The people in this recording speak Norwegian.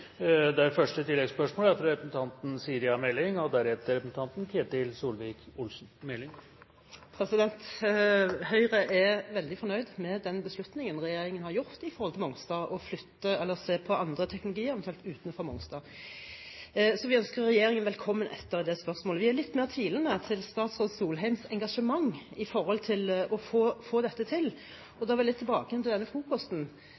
Høyre er veldig fornøyd med den beslutningen regjeringen har gjort på Mongstad i forhold til å se på andre teknologier, eventuelt utenfor Mongstad. Så vi ønsker regjeringen velkommen etter i det spørsmålet. Vi er litt mer tvilende til statsråd Solheims engasjement for å få dette til. Da vil jeg tilbake igjen til